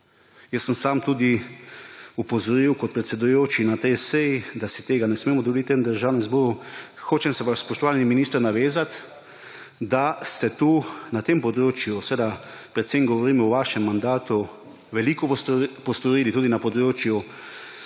Jaz sem sam tudi opozoril kot predsedujoči na tej seji, da si tega ne smemo dovoliti v tem državnem zboru. Hočem se pa, spoštovani minister, navezati, da ste tu na tem področju, predvsem govorim o vašem mandatu, veliko postorili tudi na področju